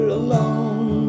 alone